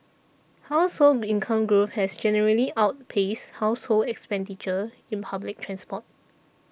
household income growth has generally outpaced household expenditure in public transport